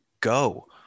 go